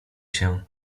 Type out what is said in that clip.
się